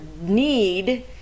need